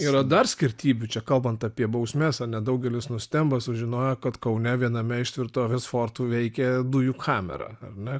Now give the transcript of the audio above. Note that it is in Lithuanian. yra dar skirtybių čia kalbant apie bausmes ane daugelis nustemba sužinoję kad kaune viename iš tvirtovės fortų veikė dujų kamera ar ne